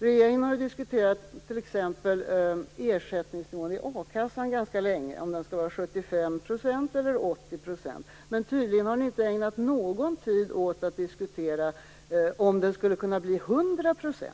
Regeringen har diskuterat t.ex. ersättningsnivån i a-kassan ganska länge - om den skall vara 75 % eller 80 %. Men tydligen har inte regeringen ägnat någon tid åt att diskutera om den skulle kunna bli 100 %.